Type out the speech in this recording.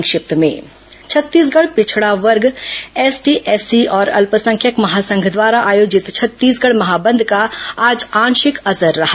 संक्षिप्त समाचार छत्तीसगढ़ पिछड़ा वर्ग एसटी एससी और अल्पसंख्यक महासंघ द्वारा आयोजित छत्तीसगढ़ महाबंद का आज आंशिक असर रहा